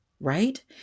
right